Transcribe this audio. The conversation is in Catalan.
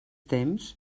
temps